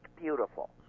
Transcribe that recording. beautiful